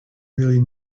really